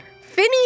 Finny